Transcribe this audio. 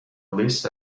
list